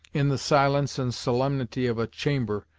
in the silence and solemnity of a chamber,